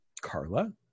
Carla